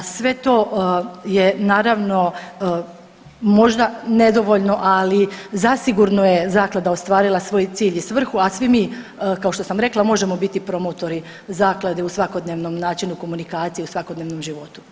Sve to je naravno možda nedovoljno, ali zasigurno je zaklada ostvarila svoj cilj i svrhu, a svi mi kao što sam rekla možemo biti promotori zaklade u svakodnevnom načinu komunikacije u svakodnevnom životu.